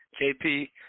JP